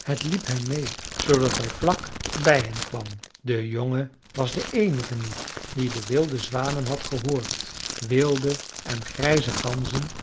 het liep hem meê zoodat hij vlak bij hen kwam de jongen was de eenige niet die de wilde zwanen had gehoord wilde en grijze ganzen